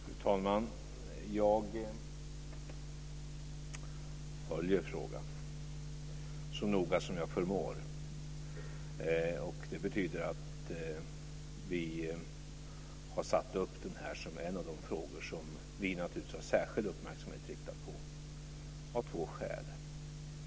Fru talman! Jag följer frågan så noga som jag förmår. Det betyder att vi har satt upp den som en av de frågor som vi har särskild uppmärksamhet riktad på - av två skäl.